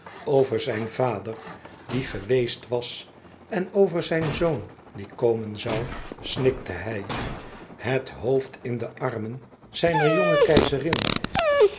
over zijn vader die geweest was en over zijn zoon die komen zoû snikte hij het hoofd in de armen zijner jonge keizerin